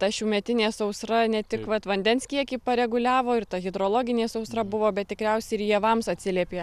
ta šiųmetinė sausra ne tik vat vandens kiekį pareguliavo ir ta hidrologinė sausra buvo bet tikriausiai ir javams atsiliepė